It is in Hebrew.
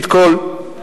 ראשית כול,